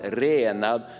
renad